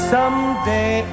Someday